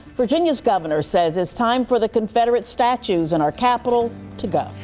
virginia's governor says it's time for the confederate statues in our capitol to go.